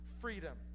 freedom